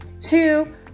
Two